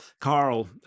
Carl